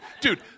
Dude